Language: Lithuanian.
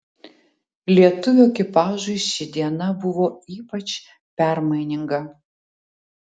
lietuvių ekipažui ši diena buvo ypač permaininga